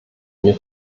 mir